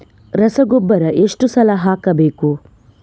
ರಸಗೊಬ್ಬರ ಎಷ್ಟು ಸಲ ಹಾಕಬೇಕು?